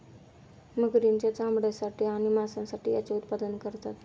मगरींच्या चामड्यासाठी आणि मांसासाठी याचे उत्पादन करतात